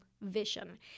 vision